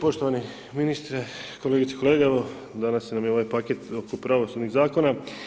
Poštovani ministre, kolegice, kolege, evo, danas nam je ovaj paket oko pravosudnih Zakona.